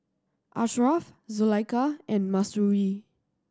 Ashraf Zulaikha and Mahsuri